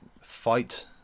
fight